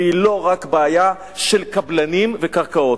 והיא לא רק בעיה של קבלנים וקרקעות.